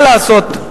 מה לעשות?